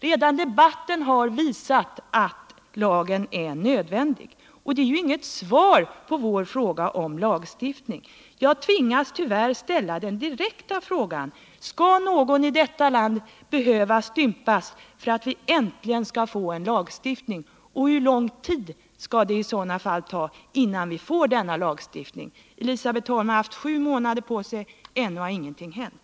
Redan debatten har visat att lagen är nödvändig. Detta är inget svar på våra frågor om lagstiftning. Jag tvingas tyvärr ställa den direkta frågan: Skall någon i detta land behöva stympas för att vi äntligen skall få en lagstiftning, och hur lång tid skall det i så fall ta innan vi får denna lagstiftning? Elisabet Holm har haft sju månader på sig — ännu har ingenting hänt.